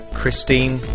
Christine